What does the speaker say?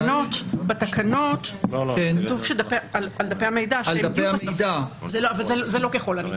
בתקנות כתוב על דפי המידע וזה לא "ככל הניתן".